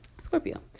Scorpio